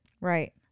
Right